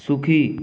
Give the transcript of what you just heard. সুখী